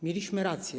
Mieliśmy rację.